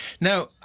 Now